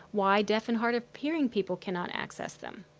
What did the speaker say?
why deaf and hard of hearing people cannot access them?